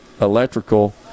electrical